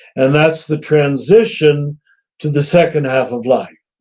and that's the transition to the second half of life.